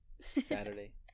Saturday